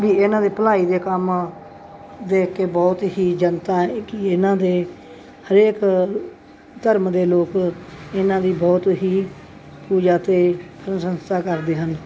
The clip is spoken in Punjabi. ਵੀ ਇਹਨਾਂ ਦੇ ਭਲਾਈ ਦੇ ਕੰਮ ਦੇਖ ਕੇ ਬਹੁਤ ਹੀ ਜਨਤਾ ਇਹ ਕਿ ਇਹਨਾਂ ਦੇ ਹਰੇਕ ਧਰਮ ਦੇ ਲੋਕ ਇਹਨਾਂ ਦੀ ਬਹੁਤ ਹੀ ਪੂਜਾ ਅਤੇ ਪ੍ਰਸ਼ੰਸਾ ਕਰਦੇ ਹਨ